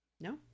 no